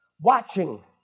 Watching